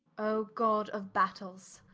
o god of battailes,